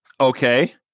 Okay